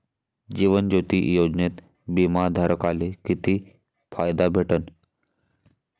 जीवन ज्योती योजनेत बिमा धारकाले किती फायदा भेटन?